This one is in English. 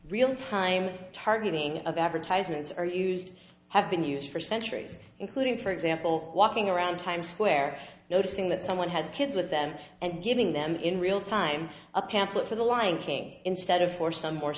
real time targeting of advertisements are used have been used for centuries including for example walking around times square noticing that someone has kids with them and giving them in real time a pamphlet for the lion king instead of for some more